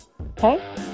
Okay